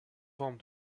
forme